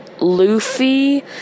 Luffy